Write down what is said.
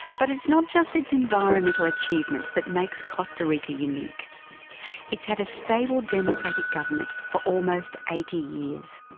but it's not just its environmental achievements that makes costa rica unique it's had a stable democratic government for almost eighty years,